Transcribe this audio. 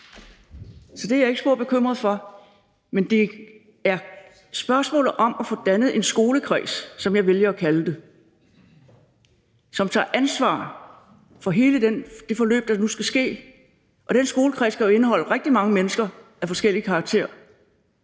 Så det er jeg ikke spor bekymret for. Det er et spørgsmål om at få dannet en skolekreds, som jeg vælger at kalde det, som tager ansvar for hele det forløb, der nu skal sættes i gang, og den skolekreds kan jo indeholde rigtig mange mennesker af forskellig karakter,